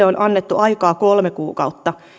on annettu aikaa kolme kuukautta